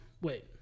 Wait